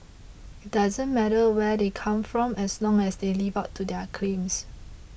it doesn't matter where they come from as long as they live up to their claims